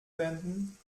wenden